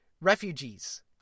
refugees